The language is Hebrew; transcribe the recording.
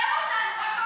שחרר אותנו, אתה לא מבין?